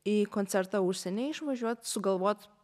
į koncertą užsieny išvažiuot sugalvot